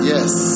Yes